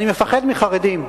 אני מפחד מכלבים.